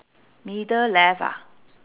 middle left ah